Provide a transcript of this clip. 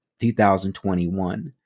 2021